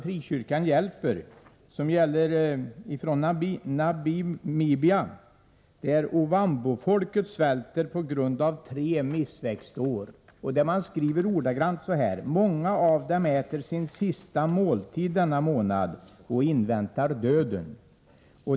Frikyrkan hjälper, från Namibia, där ovambofolket svälter på grund av tre missväxtår. Man skriver ordagrant: Många av dem äter sin sista måltid denna månad och inväntar döden.